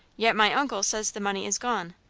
yet my uncle says the money is gone.